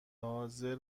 حاضر